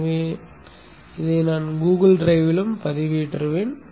எனவே இதை நான் கூகுள் டிரைவிலும் பதிவேற்றுவேன்